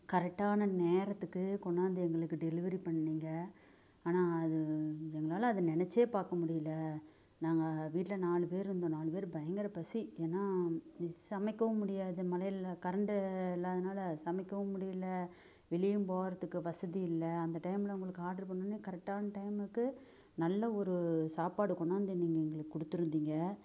கரெக்டான நேரத்துக்கு கொண்டாந்து எங்களுக்கு டெலிவரி பண்ணீங்கள் ஆனால் அது எங்களால் அதை நினச்சே பார்க்க முடியலை நாங்கள் வீட்டில நாலு பேர் இருந்தோம் நாலு பேர் பயங்கர பசி ஏன்னா நிஸ் சமைக்கவும் முடியாது மழைல கரண்ட்டு இல்லாதனால சமைக்கவும் முடியலை வெளியவும் போறத்துக்கு வசதி இல்லை அந்த டைம்ல உங்களுக்கு ஆர்ட்ரு பண்ணொடன்னே கரெக்டான டைமுக்கு நல்ல ஒரு சாப்பாடு கொண்டாந்து நீங்கள் எங்களுக்கு கொடுத்துருந்தீங்க